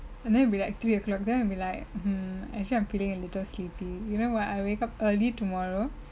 and they'll be like three o'clock then will be like I'm actually I'm feeling a little kitty you mean when I wake up early tomorrow